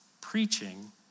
preaching